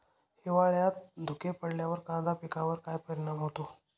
हिवाळ्यात धुके पडल्यावर कांदा पिकावर काय परिणाम होतो?